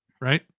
right